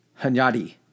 Hanyadi